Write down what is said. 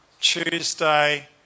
Tuesday